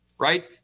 right